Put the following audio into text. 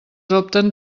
opten